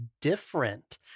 different